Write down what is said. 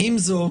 עם זאת,